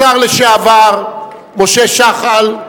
השר לשעבר משה שחל,